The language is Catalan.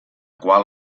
qual